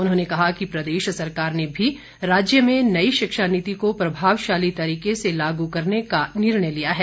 उन्होंने कहा कि प्रदेश सरकार ने भी राज्य में नई शिक्षा नीति को प्रभावशाली तरीके से लागू करने का निर्णय लिया है